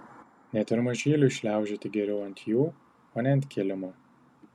net ir mažyliui šliaužioti geriau ant jų o ne ant kilimo